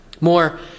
More